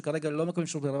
שכרגע לא מקבלות שירותי רווחה.